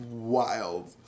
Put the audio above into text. Wild